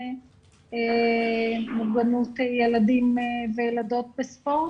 מוגנות ילדים וילדות בספורט.